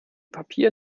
papier